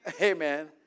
Amen